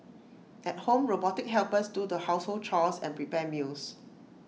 at home robotic helpers do the household chores and prepare meals